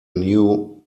new